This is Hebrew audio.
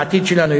לעתיד שלנו,